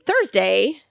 Thursday